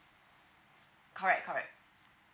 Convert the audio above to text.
correct correct